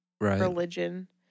religion